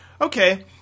okay